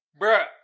Bruh